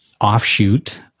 offshoot